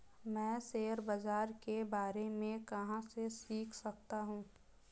मैं शेयर बाज़ार के बारे में कहाँ से सीख सकता हूँ?